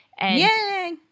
Yay